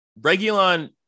Regulon